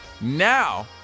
Now